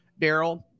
Daryl